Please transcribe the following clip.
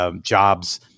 Jobs